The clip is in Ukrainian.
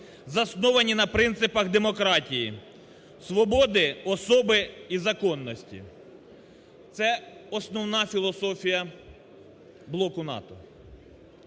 засновані на принципах демократії, свободи, особи і законності. Це основна філософія блоку НАТО.